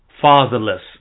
fatherless